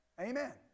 Amen